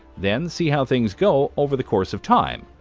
then, see how things go over the course of time.